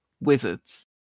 wizards